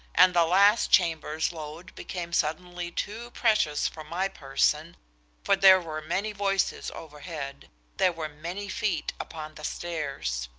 and the last chamber's load became suddenly too precious for my person for there were many voices overhead there were many feet upon the stairs.